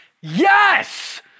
yes